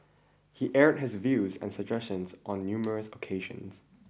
he aired his views and suggestions on numerous occasions